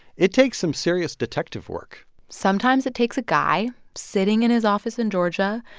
it takes some serious detective work sometimes it takes a guy sitting in his office in georgia,